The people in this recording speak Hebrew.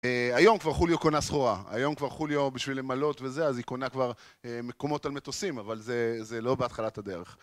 היום כבר חוליו קונה סחורה, היום כבר חוליו בשביל למלות וזה, אז היא קונה כבר מקומות על מטוסים, אבל זה לא בהתחלת הדרך